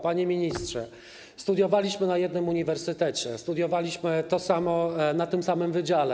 Panie ministrze, studiowaliśmy na jednym uniwersytecie, studiowaliśmy to samo na tym samym wydziale.